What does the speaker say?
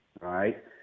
right